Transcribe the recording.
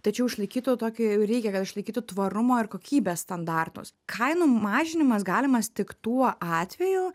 tačiau išlaikytų tokį v reikia kad išlaikytų tvarumo ir kokybės standartus kainų mažinimas galimas tik tuo atveju